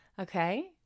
Okay